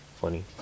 Funny